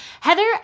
Heather